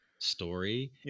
story